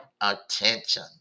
Attention